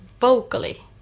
vocally